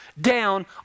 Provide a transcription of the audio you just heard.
down